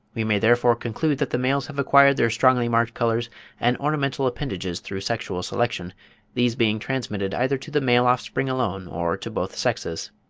we may therefore conclude that the males have acquired their strongly-marked colours and ornamental appendages through sexual selection these being transmitted either to the male offspring alone, or to both sexes.